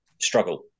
struggle